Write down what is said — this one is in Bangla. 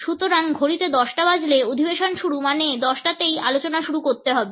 সুতরাং ঘড়িতে 10 টা বাজলে অধিবেশন শুরু মানে 10 টাতেই আলোচনা শুরু করতে হবে